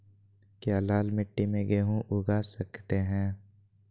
क्या लाल मिट्टी में गेंहु उगा स्केट है?